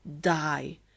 Die